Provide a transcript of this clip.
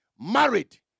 married